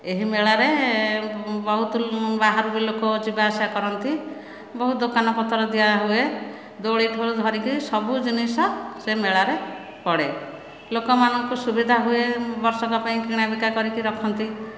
ଏହି ମେଳାରେ ବହୁତ ବାହାରୁ ବି ଲୋକ ଯିବା ଆସିବା କରନ୍ତି ବହୁତ ଦୋକାନ ପତ୍ର ଦିଆ ହୁଏ ଦୋଳି ଠାରୁ ଧରି କରି ସବୁ ଜିନିଷ ସେ ମେଳାରେ ପଡ଼େ ଲୋକ ମାନଙ୍କୁ ସୁବିଧା ହୁଏ ବର୍ଷକ ପାଇଁ କିଣା ବିକା କରିକି ରଖନ୍ତି